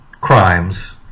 crimes